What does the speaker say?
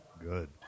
good